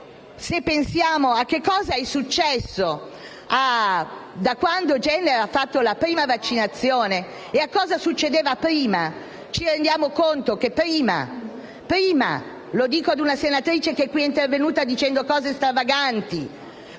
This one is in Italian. pensiamo a cosa è successo da quando Jenner ha fatto la prima vaccinazione e a cosa succedeva prima, ci rendiamo conto che prima - lo dico a una senatrice intervenuta dicendo cose stravaganti